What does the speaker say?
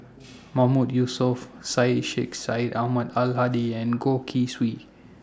Mahmood Yusof Syed Sheikh Syed Ahmad Al Hadi and Goh Keng Swee